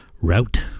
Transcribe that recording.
route